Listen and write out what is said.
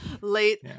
Late